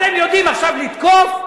אתם יודעים עכשיו לתקוף,